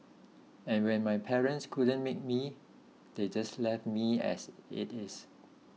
and when my parents couldn't make me they just left me as it is